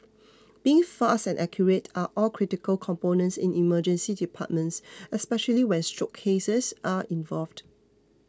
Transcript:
being fast and accurate are all critical components in Emergency Departments especially when stroke cases are involved